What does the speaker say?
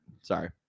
Sorry